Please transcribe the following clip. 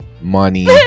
Money